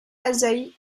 asahi